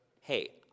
Hey